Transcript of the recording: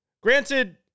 granted